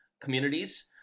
communities